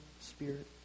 spirit